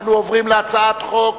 אני קובע שהצעת חוק